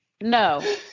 No